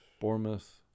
Bournemouth